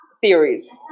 theories